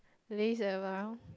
laze around